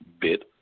bit